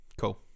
cool